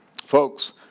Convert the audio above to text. Folks